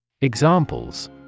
Examples